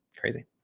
crazy